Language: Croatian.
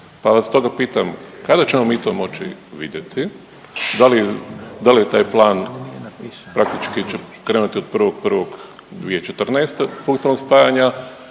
pa vas stoga pitam, kada ćemo mi to moći vidjeti? Da li je taj plan praktički će krenuti od 1.1.2014. funkcionalnog spajanja,